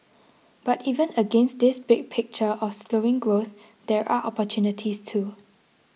but even against this big picture of slowing growth there are opportunities too